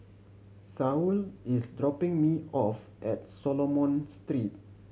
Saul is dropping me off at Solomon Street